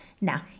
Now